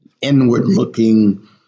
inward-looking